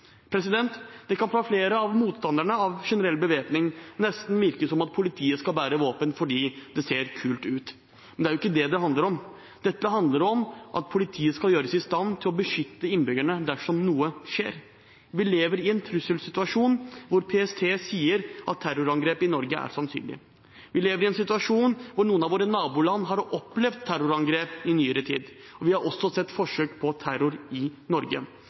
skal bære våpen fordi det ser kult ut, men det er jo ikke det det handler om. Dette handler om at politiet skal gjøres i stand til å beskytte innbyggerne dersom noe skjer. Vi lever i en trusselsituasjon hvor PST sier at terrorangrep i Norge er sannsynlig. Vi lever i en situasjon hvor noen av våre naboland har opplevd terrorangrep i nyere tid. Vi har også sett forsøk på terror i Norge.